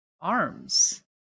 arms